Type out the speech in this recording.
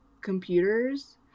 computers